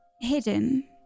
hidden